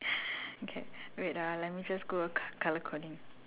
okay wait ah let me just go col~ colour coding